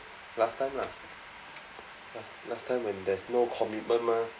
last time lah last last time when there's no commitment mah